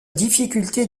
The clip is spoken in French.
difficulté